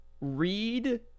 read